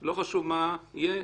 לא חשוב מה יהיה,